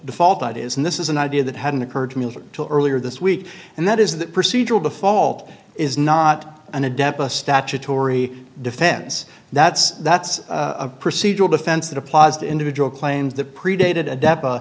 default that is and this is an idea that hadn't occurred to earlier this week and that is that procedural default is not an adept a statutory defense that's that's a procedural defense that applies the individual claims that predated adept